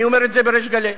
אני אומר את זה בריש גלי.